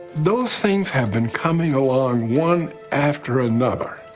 those things have been coming along one, after another.